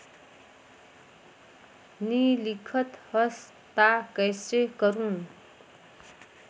नी लिखत हस ता कइसे करू?